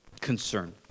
concern